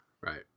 Right